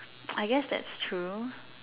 I guess that's true